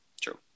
True